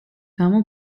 გამო